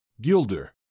Gilder